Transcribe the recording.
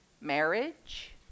marriage